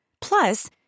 Plus